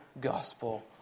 gospel